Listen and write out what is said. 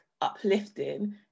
uplifting